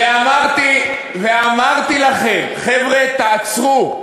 ואמרתי לכם: חבר'ה, תעצרו.